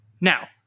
Now